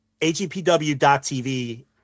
AGPW.TV